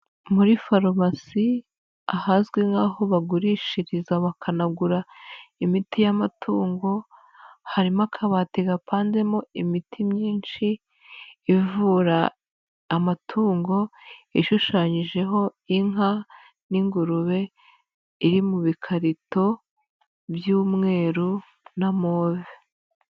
Muri farumasi, ahazwi nk'aho bagurishiriza bakanagura imiti y'amatungo, harimo akabati gapanzemo imiti myinshi, ivura amatungo ishushanyijeho inka n'ingurube, iri mu bikarito by'umweru na Move.